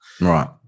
right